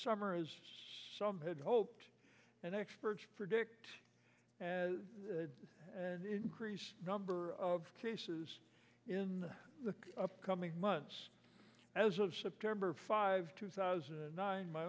summer as some had hoped and experts predict an increased number of cases in the coming months as of september five two thousand and nine my